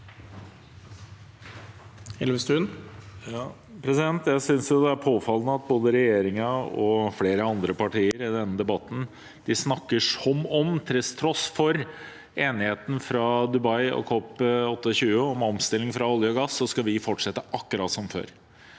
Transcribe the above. Jeg synes det er påfal- lende at både regjeringen og flere andre partier i denne debatten – til tross for enigheten fra Dubai og COP28 om omstilling fra olje og gass – snakker som om vi skal fortsette akkurat som før.